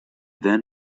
then